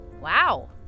Wow